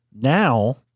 Now